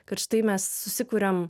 kad štai mes susikuriam